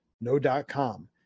no.com